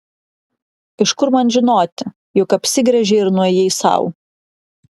iš kur man žinoti juk apsigręžei ir nuėjai sau